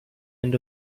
end